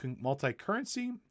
multi-currency